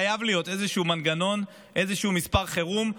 חייב להיות איזשהו מנגנון, איזשהו מספר חירום.